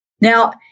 Now